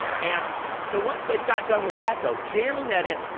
and so once they've got done with that though jamming that in,